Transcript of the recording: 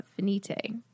Finite